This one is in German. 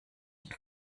und